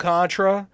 Contra